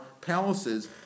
palaces